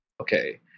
Okay